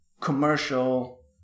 commercial